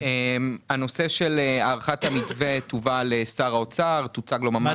הנושא של הארכת המתווה יובא לשר האוצר ויוצג לו.